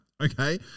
Okay